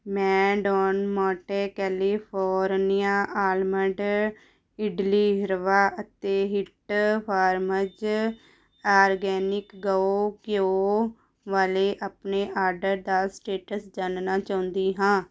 ਮੈਂ Don Monte California almond idli rava ਅਤੇ ਹਿਟਾ ਫਾਰਮਜ਼ ਆਰਗੈਨਿਕ ਗਊ ਘਿਓ ਵਾਲੇ ਆਪਣੇ ਆਰਡਰ ਦਾ ਸਟੇਟਸ ਜਾਣਨਾ ਚਾਹੁੰਦੀ ਹਾਂ